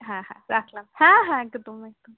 হ্যাঁ হ্যাঁ রাখলাম হ্যাঁ হ্যাঁ একদম একদম